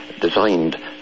designed